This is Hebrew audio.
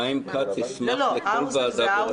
חיים כץ ישמח לכל ועדה בראשותו.